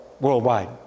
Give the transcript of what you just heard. worldwide